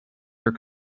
her